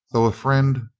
though a friend,